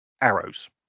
arrows